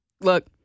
Look